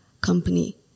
company